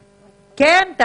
כן.